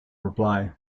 reply